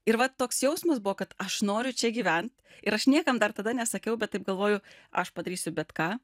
ir va toks jausmas buvo kad aš noriu čia gyvent ir aš niekam dar tada nesakiau bet taip galvoju aš padarysiu bet ką